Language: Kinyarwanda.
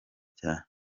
cyane